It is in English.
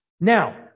Now